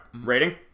Rating